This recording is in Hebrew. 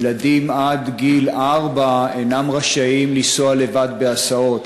ילדים עד גיל ארבע אינם רשאים לנסוע לבד בהסעות.